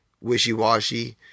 wishy-washy